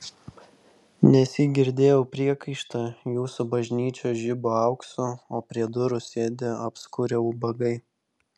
nesyk girdėjau priekaištą jūsų bažnyčios žiba auksu o prie durų sėdi apskurę ubagai